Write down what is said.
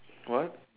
what